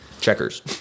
Checkers